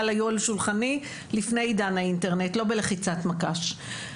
היו על שולחני לפני עידן האינטרנט לא בלחיצת מקש,